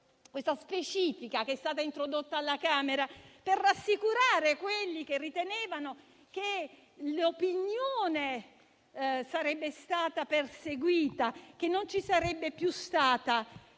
questa specifica che è stata introdotta alla Camera per rassicurare quelli che ritenevano che l'opinione sarebbe stata perseguita, che non ci sarebbe più stata